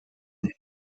den